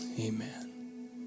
Amen